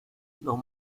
los